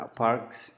parks